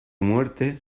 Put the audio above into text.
muerte